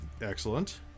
excellent